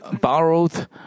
borrowed